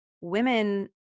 women